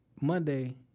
Monday